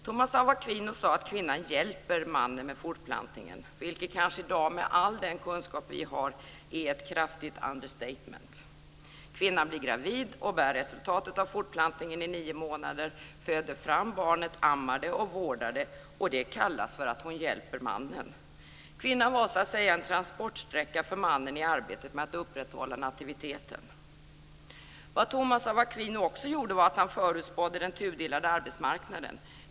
Thomas av Aquino sade att kvinnan hjälper mannen med fortplantningen, vilket kanske i dag, med all den kunskap vi har, är ett kraftigt understatement. Kvinnan blir gravid och bär resultatet av fortplantningen i nio månader, föder fram barnet, ammar det och vårdar det - och det kallas för att hon hjälper mannen! Kvinnan var så att säga en transportsträcka för mannen i arbetet med att upprätthålla nativiteten. Thomas av Aquino förutspådde också den tudelade arbetsmarknaden.